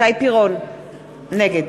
נגד